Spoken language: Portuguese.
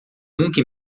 nunca